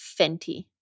Fenty